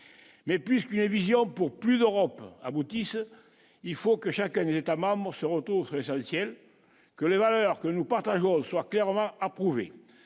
mais puisqu'une vision pour plus Europe aboutisse, il faut que chacun des États-membres se retrouve sur l'essentiel, que les valeurs que nous partageons soit clairement approuvé